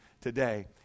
today